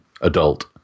adult